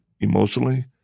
emotionally